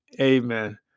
Amen